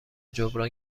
جبران